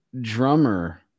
drummer